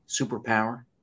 superpower